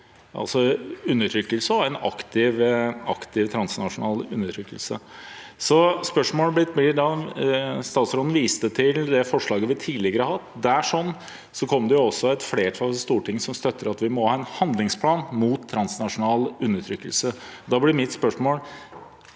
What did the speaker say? aktiv undertrykkelse, en aktiv transnasjonal undertrykkelse. Statsråden viste til forslaget vi tidligere har fremmet. Der ble det også et flertall i Stortinget som støttet at vi må ha en handlingsplan mot transnasjonal undertrykkelse. Da blir mitt spørsmål: